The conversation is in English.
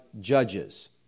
judges